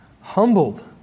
humbled